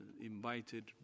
invited